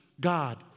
God